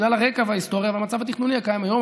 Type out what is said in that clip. בגלל הרקע וההיסטוריה והמצב התכנוני הקיים היום.